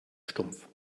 stumpf